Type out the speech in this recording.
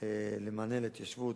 למענה להתיישבות